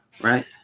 Right